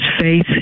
faith